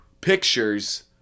pictures